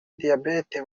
diabete